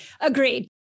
agreed